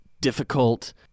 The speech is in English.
difficult